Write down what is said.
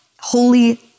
holy